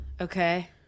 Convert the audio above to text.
Okay